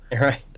Right